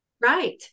Right